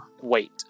wait